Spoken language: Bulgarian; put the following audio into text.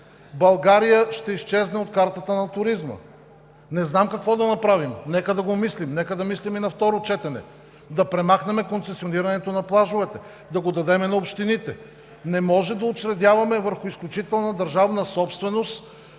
България ще изчезне от картата на туризма. Не знам какво да направим. Нека да го мислим, нека да мислим и на второ четене – да премахнем концесионирането на плажовете, да го дадем на общините. Не може да учредяваме върху изключителна държавна собственост